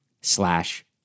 slash